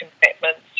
commitments